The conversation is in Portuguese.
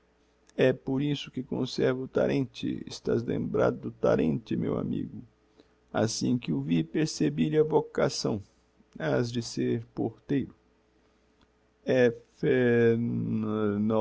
é por isso que conservo o tarenty estás lembrado do tarenty meu amigo assim que o vi percebi lhe a vocação has de ser porteiro é